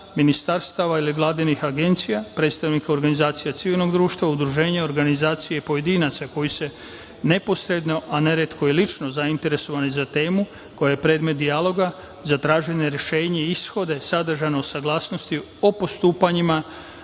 ministarstava ili vladinih agencija, predstavnika organizacija civilnog društva, udruženja, organizacije i pojedinaca koji su neposredno, a neretko i lično zainteresovani za temu koja je predmet dijaloga za traženje rešenja i ishoda sadržane u saglasnosti o postupanjima,